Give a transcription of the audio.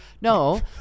No